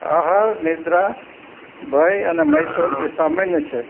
આહાર નિંદ્રા ભય અને મૈથુન એ સામાન્ય છે